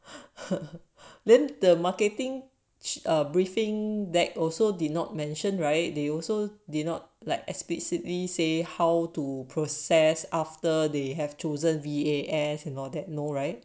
then the marketing a briefing that also did not mention right they also did not like explicitly say how to process after they have chosen V_A_S and all that no right